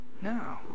No